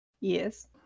Yes